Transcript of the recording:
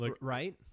right